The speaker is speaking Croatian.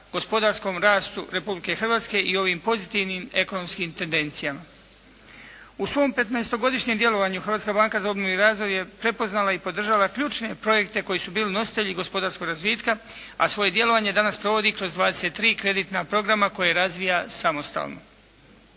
gospodarskom rastu Republike Hrvatske i ovim pozitivnim ekonomskim tendencijama. U svom petnaestogodišnjem djelovanju Hrvatska banka za obnovu i razvoj je prepoznala i podržala ključne projekte koji su bili nositelji gospodarskoga razvitka, a svoje djelovanje danas provodi kroz 23 kreditna programa koje razvija samostalno.